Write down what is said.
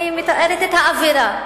אני מתארת את האווירה.